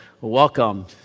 welcome